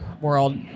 world